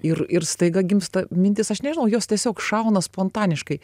ir ir staiga gimsta mintis aš nežinau jos tiesiog šauna spontaniškai